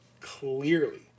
clearly